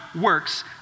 works